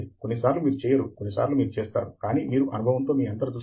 నేను పారదర్శకమైన మనస్సు అని అన్నాను అంటే నేను ఖాళీ మనస్సు అని అర్ధం కాదు అని నా ఉద్దేశ్యం